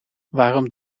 waarom